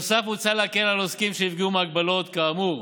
בנוסף, מוצע להקל על עוסקים שנפגעו מהגבלות כאמור